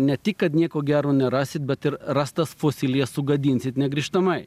ne tik kad nieko gero nerasit bet ir rastas fosilijas sugadinsit negrįžtamai